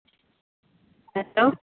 हेतौ